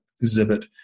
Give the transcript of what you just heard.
exhibit